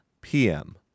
PM